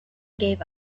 gave